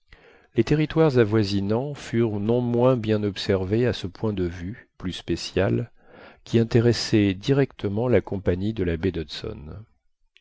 les territoires avoisinants furent non moins bien observés à ce point de vue plus spécial qui intéressait directement la compagnie de la baie d'hudson